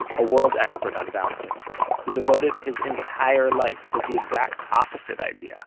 a world expert on down syndrome, who devoted his entire life to the exact opposite idea.